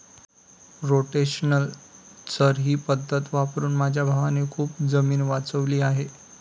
rotational चर ही पद्धत वापरून माझ्या भावाने खूप जमीन वाचवली आहे